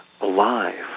alive